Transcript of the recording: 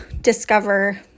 discover